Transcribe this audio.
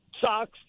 socks